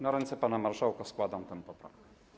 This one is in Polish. Na ręce pana marszałka składam tę poprawkę.